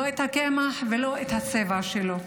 לא את הקמח ולא את הצבע שלו.